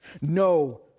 No